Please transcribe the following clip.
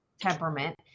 temperament